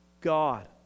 God